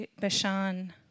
Bashan